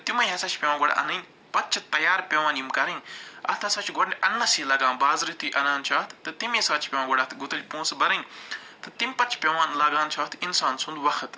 تہٕ تِمَے ہسا چھِ پٮ۪وان گۄڈٕ اَنٕنۍ پتہٕ چھِ تیار پٮ۪وان یِم کَرٕنۍ اَتھ ہسا چھِ گۄڈٕ اَنٛنَسٕے لگان بازرٕ تہِ اَنان چھِ اَتھ تہٕ تَمے ساتہٕ چھِ پٮ۪وان گۄڈٕ اَتھ گُتُلۍ پونٛسہٕ بَرٕنۍ تہٕ تَمہِ پتہٕ چھِ پٮ۪وان لگان چھِ اَتھ اِنسان سُنٛد وقت